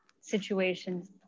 situations